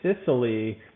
sicily